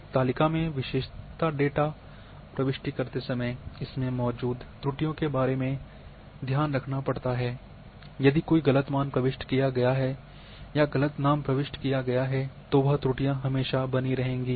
एक तालिका में विशेषता डेटा प्रविष्टि करते समय इसमें मौजूद त्रुटियों के बारे में ध्यान रखना पड़ता है यदि कोई गलत मान प्रविष्ट किया गया है या गलत नाम प्रविष्ट किया गया है तो वह त्रुटियां हमेशा बनी रहेंगी